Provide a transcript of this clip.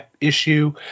issue